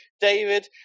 David